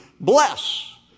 bless